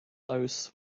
oath